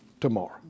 tomorrow